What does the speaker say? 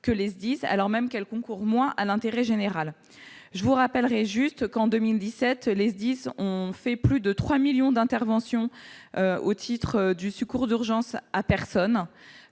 que les SDIS, alors même qu'elles concourent moins à l'intérêt général. Je rappelle simplement que, en 2017, les SDIS ont effectué plus de 3 millions d'interventions au titre du secours d'urgence aux personnes.